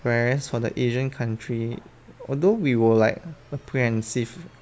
whereas for the asian country although we will like apprehensive